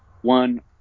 One